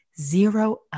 zero